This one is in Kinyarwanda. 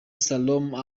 solomon